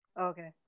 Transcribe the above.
okay